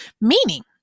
meaning